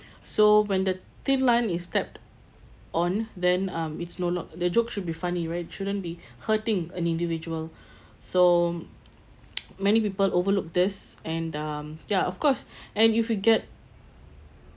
so when the thin line is stepped on then um it's no lo~ the joke should be funny right shouldn't be hurting an individual so many people overlook this and um ya of course and if you get